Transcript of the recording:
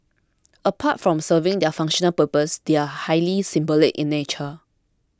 apart from serving their functional purpose they are highly symbolic in nature